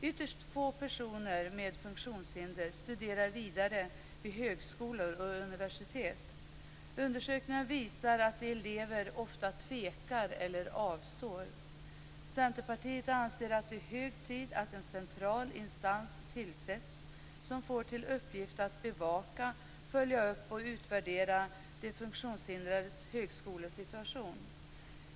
Ytterst få personer med funktionshinder studerar vidare vid högskolor och universitet. Undersökningar visar att de eleverna ofta tvekar eller avstår. Centerpartiet anser att det är hög tid att en central instans tillsätts, som får till uppgift att bevaka, följa upp och utvärdera de funktionshindrades högskolesituation.